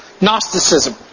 Gnosticism